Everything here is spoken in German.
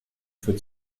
für